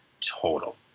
total